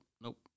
Nope